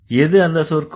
எது அந்த சொற்கூறு